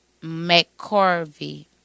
McCarvey